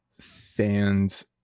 fans